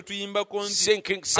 sinking